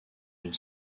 une